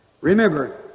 Remember